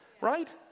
right